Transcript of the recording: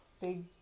big